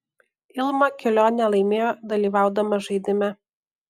ilma kelionę laimėjo dalyvaudama žaidime